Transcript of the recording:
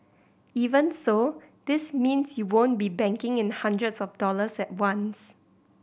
even so this means you won't be banking in hundreds of dollars at once